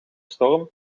storm